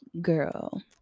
Girl